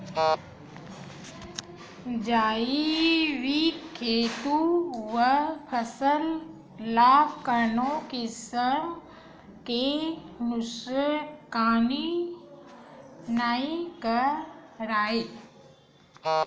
जइविक खातू ह फसल ल कोनो किसम के नुकसानी नइ करय